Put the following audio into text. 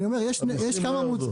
ביצים ירד ל-15